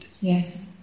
Yes